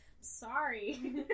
sorry